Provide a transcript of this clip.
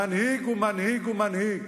מנהיג הוא מנהיג הוא מנהיג,